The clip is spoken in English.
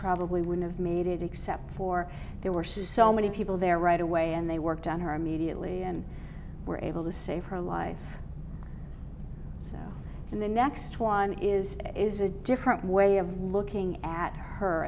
probably would have made it except for there were so many people there right away and they worked on her immediately and were able to save her life so and the next one is is a different way of looking at her